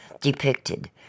depicted